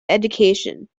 education